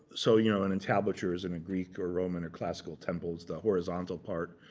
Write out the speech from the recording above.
so you know an entablature is in a greek or roman or classical temples. the horizontal part,